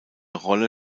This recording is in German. rolle